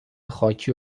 خاکی